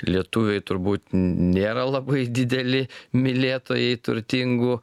lietuviai turbūt nėra labai dideli mylėtojai turtingų